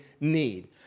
need